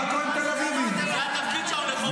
זה התפקיד שלנו, לחוקק.